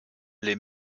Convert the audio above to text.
les